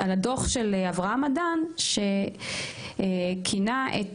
על הדוח של אברהם אדן שכינה את